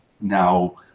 now